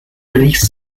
released